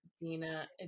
Dina